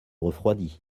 refroidit